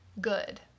good